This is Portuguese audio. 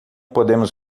podemos